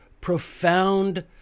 profound